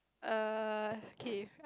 err kay